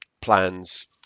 plans